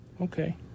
Okay